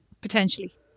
Potentially